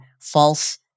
false